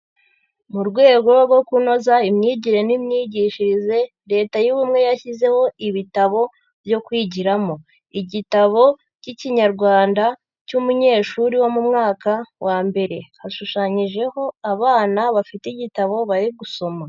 Mu rwego rwo kunoza imyigire n'imyigishirize, leta y'ubumwe yashyizeho ibitabo byo kwigiramo, igitabo k'ikinyarwanda cy'umunyeshuri wo mu mwaka wa mbere, hashushanyijeho abana bafite igitabo bari gusoma.